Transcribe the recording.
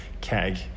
keg